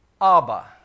Abba